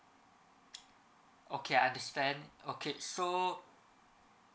okay I understand okay so